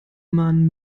man